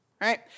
right